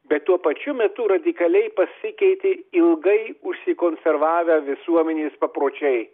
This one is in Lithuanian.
bet tuo pačiu metu radikaliai pasikeitė ilgai užsikonservavę visuomenės papročiai